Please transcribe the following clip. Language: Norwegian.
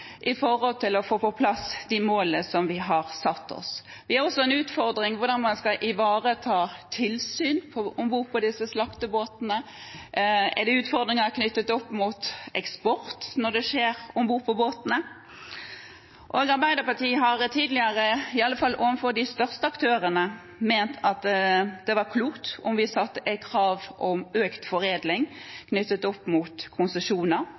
å nå de målene vi har satt oss. Vi har også en utfordring når det gjelder hvordan man skal ivareta tilsyn om bord på disse slaktebåtene. Er det utfordringer knyttet til eksport når det skjer om bord på båtene? Arbeiderpartiet har tidligere, i alle fall overfor de største aktørene, ment at det var klokt om vi knyttet krav om økt foredling opp mot konsesjoner.